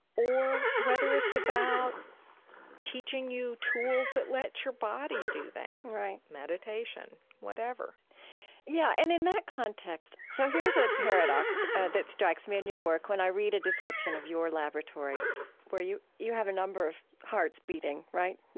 or whether it's about teaching you tools that let your body do that right meditation, whatever yeah. and in that context so here's a paradox ah that strikes me in your work when i read a description of your laboratory where you you have a number of hearts beating, right?